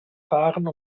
fahren